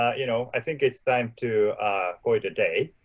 yeah you know, i think it's time to call it a day.